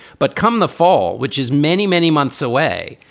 but come the fall, which is many, many months away.